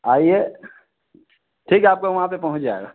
आइए ठीक है आपका वहाँ पे पहुँच जाएगा